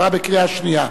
עברה בקריאה שנייה.